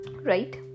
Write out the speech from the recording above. right